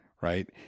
right